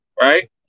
Right